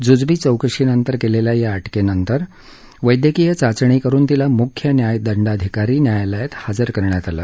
जुजबी चौकशी नंतर केलेल्या या अटकेनंतर वैद्यकीय चाचणी करून तिला मुख्य न्यायदंडाधिकारी न्यायालयात हजर करण्यात आलं